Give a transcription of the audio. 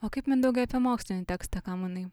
o kaip mindaugai apie mokslinį tekstą ką manai